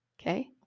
Okay